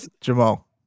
Jamal